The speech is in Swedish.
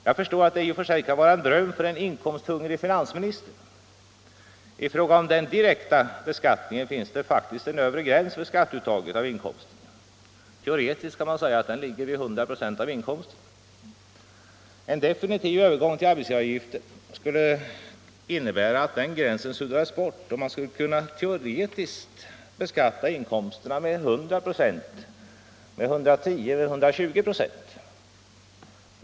Jag förstår att det i och för sig kan vara en dröm för en inkomsthungrig finansminister. I fråga om den direkta beskattningen finns det en faktisk övre gräns för skatteuttaget av inkomsten. Teoretiskt kan man säga att den ligger vid 100 96 av inkomsten. En definitiv övergång till arbetsgivaravgifter skulle innebära att den gränsen suddades bort, och man skulle teoretiskt kunna beskatta inkomsterna med 100, 110 eller 120 96.